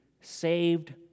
saved